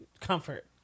comfort